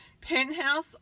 penthouse